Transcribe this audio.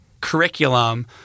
curriculum